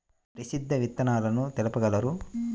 ప్రసిద్ధ విత్తనాలు తెలుపగలరు?